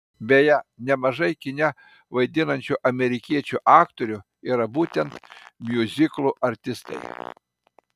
beje nemažai kine vaidinančių amerikiečių aktorių yra būtent miuziklų artistai